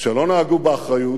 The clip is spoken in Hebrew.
שלא נהגו באחריות,